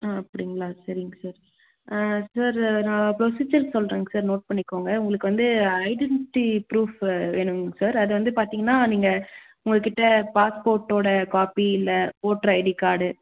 ஆ அப்படிங்ளா சரிங்க sir sir நான் ப்ரொசீஜர் சொல்றேங்க சார் நோட் பண்ணிக்கோங்க உங்களுக்கு வந்து ஐடின்ட்டி ப்ரூஃபு வேணுங்க சார் அது வந்து பார்த்தீங்கன்னா நீங்கள் உங்கள்கிட்ட பாஸ்போர்ட்டோடய காப்பி இல்லை ஓட்ரு ஐடி கார்டு